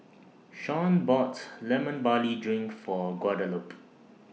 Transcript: Sean bought Lemon Barley Drink For Guadalupe